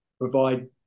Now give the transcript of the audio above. provide